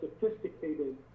sophisticated